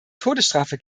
todesstrafe